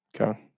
Okay